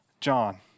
John